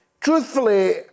truthfully